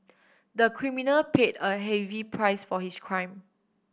the criminal paid a heavy price for his crime